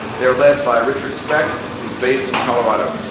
they are led by richard speck, who is based in colorado.